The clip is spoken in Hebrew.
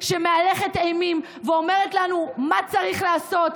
שמהלכת אימים ואומרת לנו מה צריך לעשות,